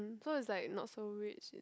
so is like not so rich